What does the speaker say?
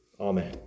Amen